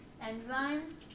enzyme